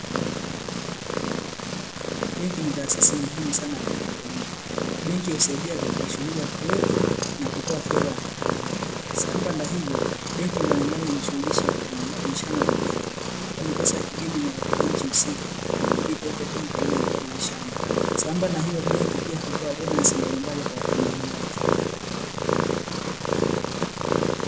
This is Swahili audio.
Benki ni taasisi muhimu sanaa katika jamii. benki husaidia katika shughuli ya kuweka na kutoa fedha wakati wowote sambamba na hilo benki mbalimbali zinajishughulisha kubadilishana fedha, kwani pesa ya kigeni ni muhimu nchi husika inabidi kuja kwa mabadilishano sambamba na hilo benki hutoa bonasi mbalimbali kwa watumiaji wake.